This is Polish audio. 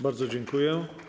Bardzo dziękuję.